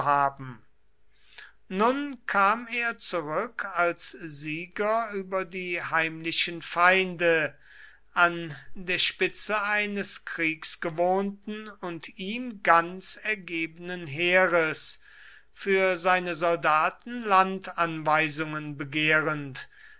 nun kam er zurück als sieger über die heimlichen feinde an der spitze eines krieggewohnten und ihm ganz ergebenen heeres für seine soldaten landanweisungen begehrend